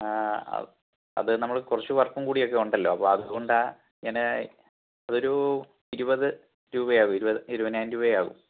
അത് നമ്മൾ കുറച്ചു വർക്കും കൂടി ഒക്കെ ഉണ്ടല്ലോ അപ്പം അതുകൊണ്ടാണ് ഇങ്ങനെ അതൊരു ഇരുപത് രൂപ ആവും ഇരുപതിനായിരം രൂപ ആവും